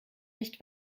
nicht